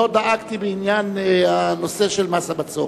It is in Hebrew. לא דאגתי בעניין הנושא של מס הבצורת.